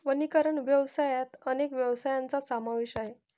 वनीकरण व्यवसायात अनेक व्यवसायांचा समावेश आहे